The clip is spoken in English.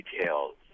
details